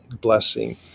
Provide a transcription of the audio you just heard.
blessing